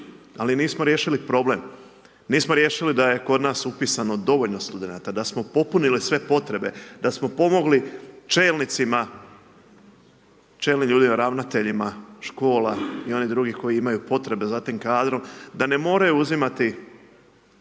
ali nismo riješili problem, nismo riješili da je kod nas upisano dovoljno studenata, da smo popunili sve potrebe, da smo pomogli čelnicima, čelnim ljudima ravnateljima škola i onih drugih koji imaju potrebe za tim kadrom da ne moraju uzimati